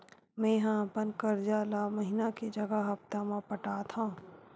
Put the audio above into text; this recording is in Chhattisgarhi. मेंहा अपन कर्जा ला महीना के जगह हप्ता मा पटात हव